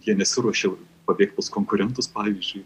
jie nesiruošia pabėgt pas konkurentus pavyzdžiui